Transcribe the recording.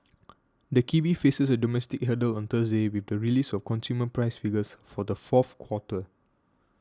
the kiwi faces a domestic hurdle on Thursday with the release of consumer price figures for the fourth quarter